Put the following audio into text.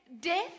Death